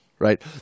Right